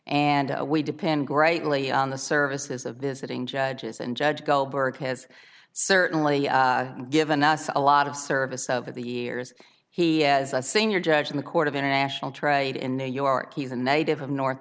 and we depend greatly on the services of visiting judges and judge goldberg has certainly given us a lot of service over the years he has a senior judge in the court of international trade in new york he's a native of north